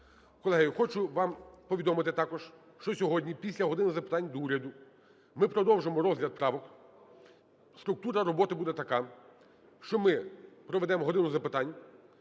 Колеги, хочу вам повідомити також, що сьогодні після "години запитань до Уряду" ми продовжимо розгляд правок. Структура роботи буде така, що ми проведемо "годину запитань",